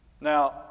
Now